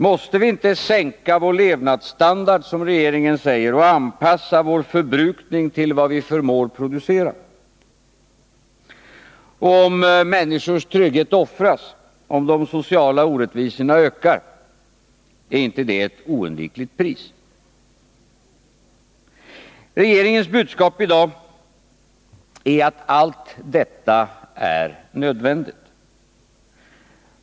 Måste vi inte sänka vår levnadsstandard, som regeringen säger, och anpassa vår förbrukning till vad vi förmår producera? Om människors trygghet offras, om de sociala orättvisorna ökar, är inte det ett oundvikligt pris? Regeringens budskap i dag är att allt detta är nödvändigt.